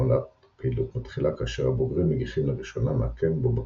עונת הפעילות מתחילה כאשר הבוגרים מגיחים לראשונה מהקן בו בקעו.